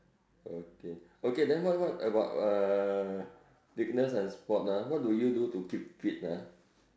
okay okay then how what about uh fitness and sport ah what do you do to keep fit ah